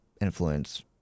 influence